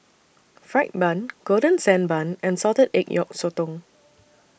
Fried Bun Golden Sand Bun and Salted Egg Yolk Sotong